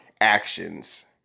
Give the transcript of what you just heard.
actions